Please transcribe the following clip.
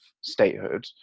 statehood